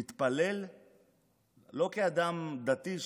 מתפלל לא כאדם דתי.